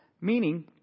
meaning